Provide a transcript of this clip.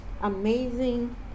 amazing